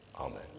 Amen